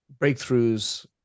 breakthroughs